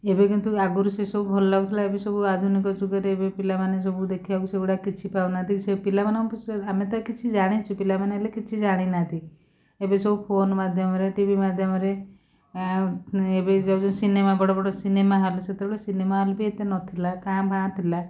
ଏବେ କିନ୍ତୁ ଆଗରୁ ସେଇ ସବୁ ଭଲ ଲାଗୁଥିଲା ଏବେ ସବୁ ଆଧୁନିକ ଯୁଗରେ ଏବେ ପିଲାମାନେ ଦେଖିବାକୁ ସେଇଗୁଡ଼ା କିଛି ପାଉନାହାନ୍ତି ସେଇ ପିଲାମାନେ ଆମେ ତ କିଛି ଜାଣିଛୁ ପିଲାମାନେ ହେଲେ କିଛି ଜାଣିନାହାନ୍ତି ଏବେ ସବୁ ଫୋନ୍ ମାଧ୍ୟମରେ ଟିଭି ମାଧ୍ୟମରେ ଆଉ ଏବେ ଯାଉଛନ୍ତି ସିନେମା ବଡ଼ ବଡ଼ ସିନେମା ହଲ୍ ସେତେବେଳେ ସିନେମା ହଲ୍ ବି ଏତେ ନଥିଲା କାଁ ଭାଁ ଥିଲା